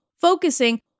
focusing